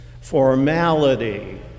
formality